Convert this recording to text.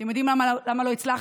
אתם יודעים למה לא הצלחנו?